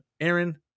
Aaron